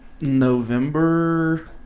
november